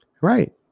Right